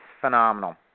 phenomenal